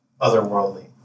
otherworldly